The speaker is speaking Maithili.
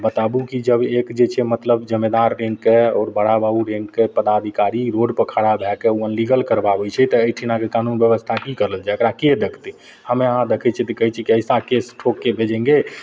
बताबू कि जब एक जे छै मतलब जमादार रैन्कके आओर बड़ा बाबू रैन्कके पदाधिकारी रोडपर खड़ा भए के ओ इलीगल करबाबै छै तऽ एहिठिनाके कानून बेबस्था कि करि लेतै आओर एकराके देखतै मे अहाँ देखै छिए तऽ कहै छै कि ऐसा केस ठोक के भेजेंगे